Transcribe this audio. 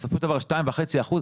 בסופו של דבר 2.5 אחוזים,